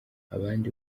abandi